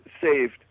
saved